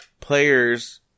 players